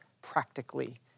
practically